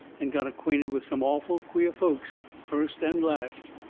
and got acquainted with some awful queer folks, first and last.